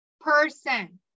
person